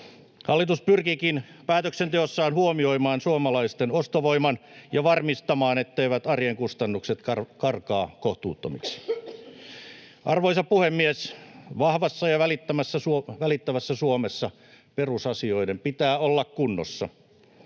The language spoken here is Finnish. Hallitus pyrkiikin päätöksenteossaan huomioimaan suomalaisten ostovoiman ja varmistamaan, etteivät arjen kustannukset karkaa kohtuuttomiksi. Arvoisa puhemies! Vahvassa ja välittävässä Suomessa perusasioiden pitää olla kunnossa.